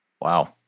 Wow